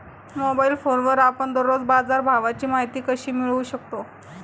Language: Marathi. मोबाइल फोनवर आपण दररोज बाजारभावाची माहिती कशी मिळवू शकतो?